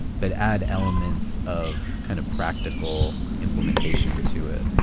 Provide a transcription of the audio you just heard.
but add elements of kind of practical implementation to it.